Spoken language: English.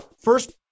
First